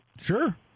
Sure